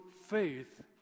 faith